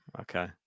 Okay